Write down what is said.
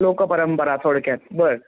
लोकपरंपरा थोडक्यात बर